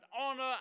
honor